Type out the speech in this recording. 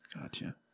Gotcha